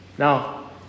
Now